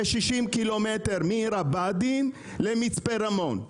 יש 60 קילומטר מעיר הבה"דים למצפה רמון.